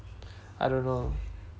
I don't know